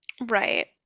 Right